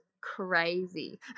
crazy